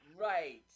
Right